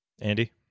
Andy